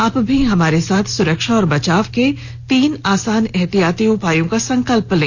आप भी हमारे साथ सुरक्षा और बचाव के तीन आसान एहतियाती उपायों का संकल्प लें